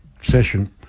session